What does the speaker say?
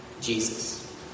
Jesus